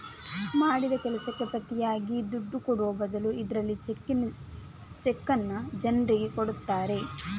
ಮಾಡಿದ ಕೆಲಸಕ್ಕೆ ಪ್ರತಿಯಾಗಿ ದುಡ್ಡು ಕೊಡುವ ಬದಲು ಇದ್ರಲ್ಲಿ ಚೆಕ್ಕನ್ನ ಜನ್ರಿಗೆ ಕೊಡ್ತಾರೆ